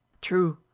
true,